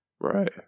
right